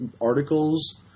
articles